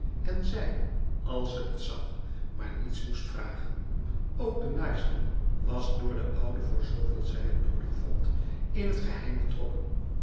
en zij als ze het zag maar niets moest vragen ook de naaister was door de oude voor zoveel zij het nodig vond in het geheim betrokken